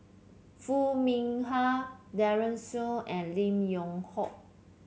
Foo Mee Har Daren Shiau and Lim Yew Hock